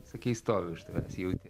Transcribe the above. sakei stovi už tavęs jauti